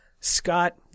Scott